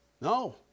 No